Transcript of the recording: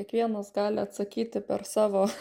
kiekvienas gali atsakyti per savo